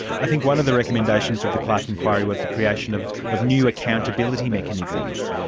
i think one of the recommendations of the clarke inquiry was the creation of of new accountability mechanisms.